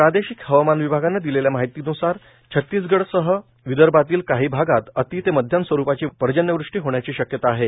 प्रादेशिक हवामान विभागानं दिलेल्या माहितीन्सार छतीसगडसह विदर्भातील काही भागात अति ते मध्यम स्वरूपाची पर्जन्यवृष्टी होण्याची शक्यता आहे